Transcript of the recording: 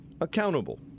accountable